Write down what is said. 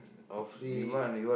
or free